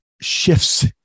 shifts